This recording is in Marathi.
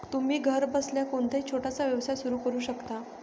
तुम्ही घरबसल्या कोणताही छोटासा व्यवसाय सुरू करू शकता